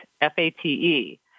F-A-T-E